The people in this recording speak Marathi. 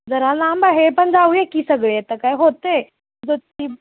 जरा लांब आहे पण जाऊया की सगळे आता काय होतं आहे जो ति